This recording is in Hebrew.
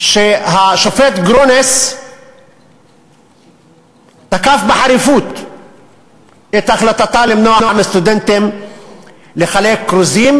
שהשופט גרוניס תקף בחריפות את החלטתה למנוע מסטודנטים לחלק כרוזים